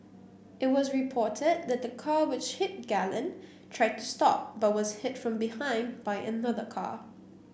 it was reported that the car which hit Galen tried to stop but was hit from behind by another car